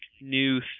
new